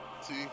see